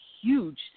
huge